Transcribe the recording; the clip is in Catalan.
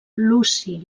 luci